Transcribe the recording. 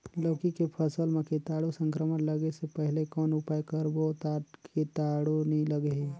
लौकी के फसल मां कीटाणु संक्रमण लगे से पहले कौन उपाय करबो ता कीटाणु नी लगही?